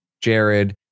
Jared